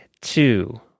two